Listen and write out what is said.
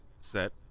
set